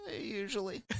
usually